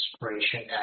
inspiration